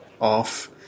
off